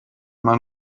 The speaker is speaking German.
man